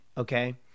okay